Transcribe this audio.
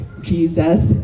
Jesus